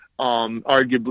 arguably